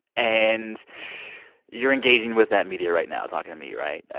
and you're engaging with that media right now talking to me, right?